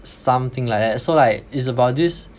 something like that so like it's about this